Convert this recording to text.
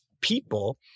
people